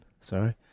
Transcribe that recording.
sorry